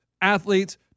athletes